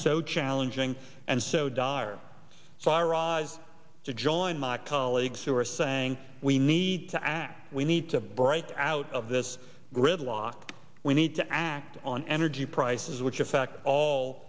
so challenging and so dire so i rise to join my colleagues who are saying we need to act we need to break out of this gridlock we need to act on energy prices which affects all